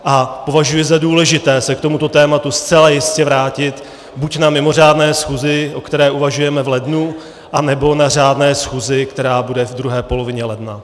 A považuji za důležité se k tomuto tématu zcela jistě vrátit buď na mimořádné schůzi, o které uvažujeme v lednu, anebo na řádné schůzi, která bude v druhé polovině ledna.